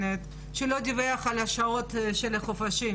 אבל היה לי חשוב שאנחנו נבין את הפרספקטיבה של